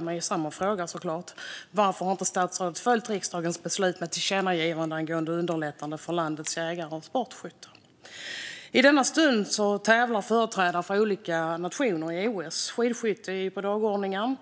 mig såklart samma fråga som interpellanten: Varför har statsrådet inte följt riksdagens beslut om tillkännagivanden angående underlättande för landets jägare och sportskyttar? I denna stund tävlar företrädare för olika nationer i OS, och skidskytte står på dagordningen.